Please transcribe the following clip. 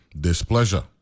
displeasure